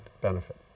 benefit